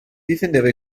difendeva